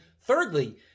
thirdly